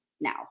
now